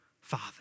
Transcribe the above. Father